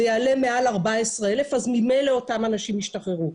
זה יעלה מעל 14,000 אז ממילא אותם אנשים ישתחררו.